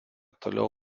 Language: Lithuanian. toliau